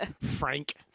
Frank